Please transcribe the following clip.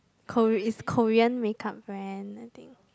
Ko~ is Korean makeup brand I think